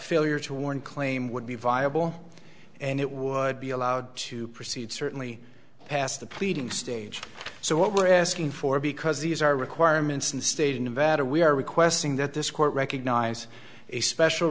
failure to warn claim would be viable and it would be allowed to proceed certainly past the pleading stage so what we're asking for because these are requirements in the state of nevada we are requesting that this court recognize a special